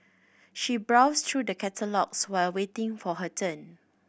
she browsed through the catalogues while waiting for her turn